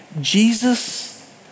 Jesus